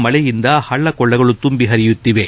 ಮಳೆಯಿಂದಾಗಿ ಹಳ್ಳ ಕೊಳ್ಳಗಳು ತುಂಬಿ ಹರಿಯುತ್ತಿವೆ